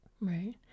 Right